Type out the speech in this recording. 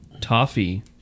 toffee